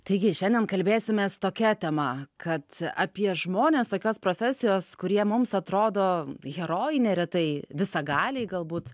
taigi šiandien kalbėsimės tokia tema kad apie žmones tokios profesijos kurie mums atrodo herojai neretai visagaliai galbūt